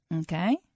Okay